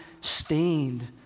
stained